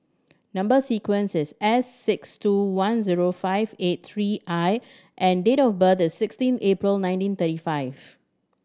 number sequence is S six two one zero five eight three I and date of birth is sixteen April nineteen thirty five